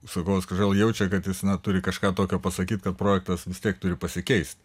užsakovas kažkodėl jaučia kad jis neturi kažką tokio pasakyt kad projektas vis tiek turi pasikeist